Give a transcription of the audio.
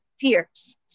peers